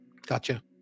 gotcha